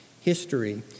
history